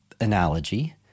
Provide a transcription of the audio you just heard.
analogy